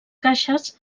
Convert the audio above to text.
caixes